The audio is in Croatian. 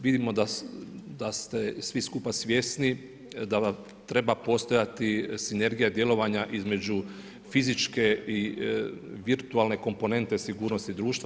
Vidimo da ste svi skupa svjesni da treba postojati sinergija djelovanja između fizičke i virtualne komponente sigurnosti društva.